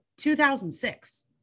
2006